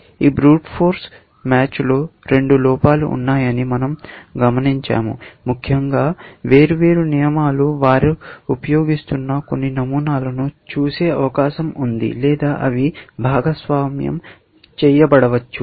ఈ brute force మ్యాచ్లో రెండు లోపాలు ఉన్నాయని మన০ గమనించాము ముఖ్యంగా వేర్వేరు నియమాలు వారు ఉపయోగిస్తున్న కొన్ని నమూనాలను చూసే అవకాశం ఉంది లేదా అవి భాగస్వామ్యం చేయబడవచ్చు